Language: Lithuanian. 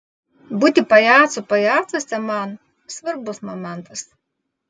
būti pajacu pajacuose man svarbus momentas